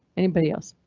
anybody else?